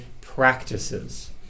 practices